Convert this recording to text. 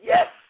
Yes